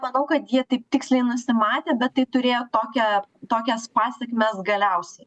manau kad jie taip tiksliai nusimatė bet tai turėjo tokią tokias pasekmes galiausiai